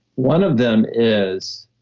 one of them is,